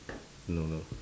no no